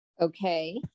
Okay